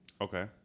Okay